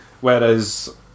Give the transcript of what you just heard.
whereas